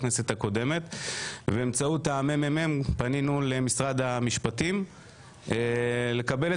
נאמר לנו על ידי משרד המשפטים שאי אפשר לפלח,